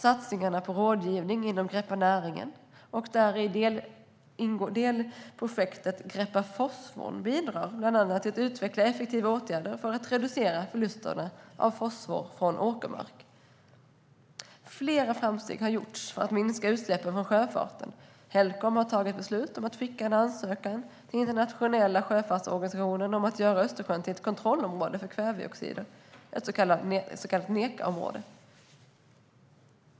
Satsningarna på rådgivning inom Greppa Näringen och det däri ingående delprojektet Greppa Fosforn bidrar bland annat till att utveckla effektiva åtgärder för att reducera förlusterna av fosfor från åkermark. Flera framsteg har gjorts för att minska utsläppen från sjöfarten. Helcom har fattat beslut att skicka en ansökan till Internationella sjöfartsorganisationen om att göra Östersjön till ett kontrollområde för kväveoxider, ett så kallat NECA-område.